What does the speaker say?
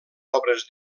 obres